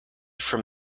from